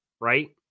Right